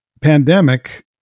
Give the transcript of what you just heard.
pandemic